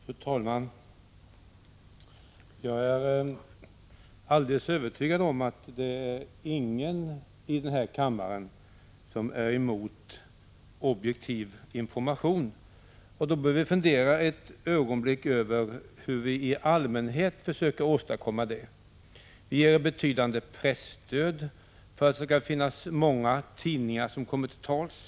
Fru talman! Jag är alldeles övertygad om att ingen i den här kammaren är emot objektiv information. Då bör vi fundera ett ögonblick över hur vi i allmänhet försöker åstadkomma sådan information. Vi ger betydande presstöd för att många tidningar skall kunna komma till tals.